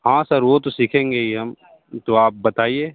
हाँ सर वो तो सीखेंगे ही हम तो आप बताइए